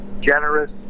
generous